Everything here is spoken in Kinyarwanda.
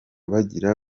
bagira